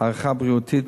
הערכה בריאותית,